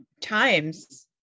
times